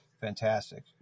fantastic